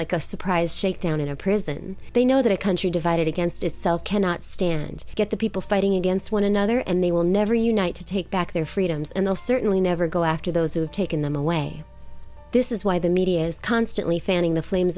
like a surprise shakedown in a prison they know that a country divided against itself cannot stand to get the people fighting against one another and they will never unite to take back their freedoms and they'll certainly never go after those who have taken them away this is why the media is constantly fanning the flames